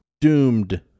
Doomed